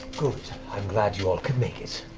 good. i'm glad you all could make it.